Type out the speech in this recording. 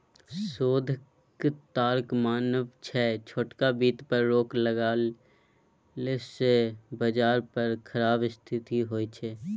शोधकर्ताक मानब छै छोटका बित्त पर रोक लगेला सँ बजार पर खराब स्थिति होइ छै